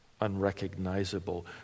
unrecognizable